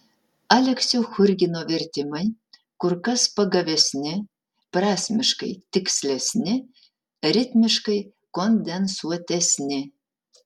aleksio churgino vertimai kur kas pagavesni prasmiškai tikslesni ritmiškai kondensuotesni